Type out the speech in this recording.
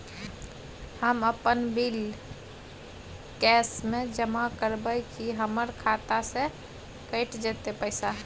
हम अपन bill cash म जमा करबै की हमर खाता स कैट जेतै पैसा?